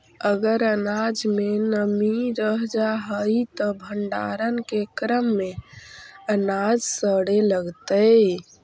अगर अनाज में नमी रह जा हई त भण्डारण के क्रम में अनाज सड़े लगतइ